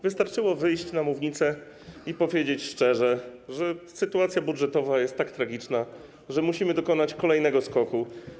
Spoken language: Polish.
Wystarczyło wyjść na mównicę i powiedzieć szczerze, że sytuacja budżetowa jest tak tragiczna, że musimy dokonać kolejnego skoku.